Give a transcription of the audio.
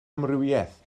amrywiaeth